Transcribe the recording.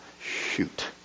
shoot